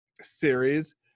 series